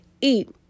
eat